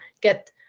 get